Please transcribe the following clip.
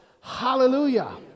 Hallelujah